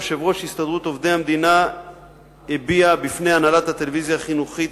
יושב-ראש הסתדרות עובדי המדינה הביע בפני הנהלת הטלוויזיה החינוכית